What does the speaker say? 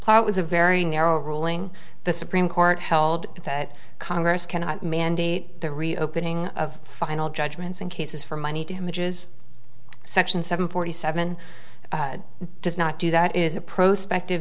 plot was a very narrow ruling the supreme court held that congress cannot mandate the reopening of final judgments and cases for money damages section seven forty seven does not do that is a prospect